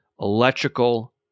electrical